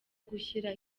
gushyira